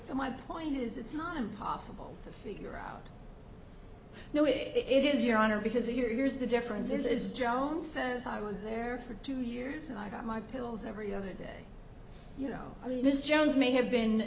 so my point is it's not impossible to figure out no it is your honor because yours the difference is joan says i was there for two years and i got my pills every other day you know i mean mr jones may have been